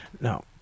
No